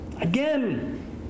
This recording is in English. Again